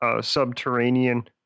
subterranean